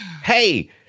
Hey